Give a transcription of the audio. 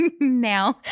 now